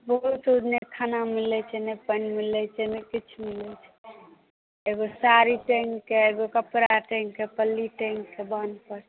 नहि खाना मिलै छै नहि पानि मिलै छै किछु नहि मिलै छै एगो साड़ी टाँगिकऽ एगो कपड़ा टाँगिकऽ पल्ली टाँगिकऽ बान्ध पर